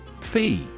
Fee